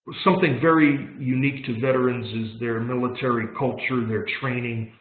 something very unique to veterans is their military culture, their training,